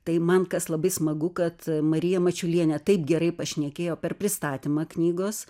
tai man kas labai smagu kad marija mačiulienė taip gerai pašnekėjo per pristatymą knygos